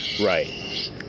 Right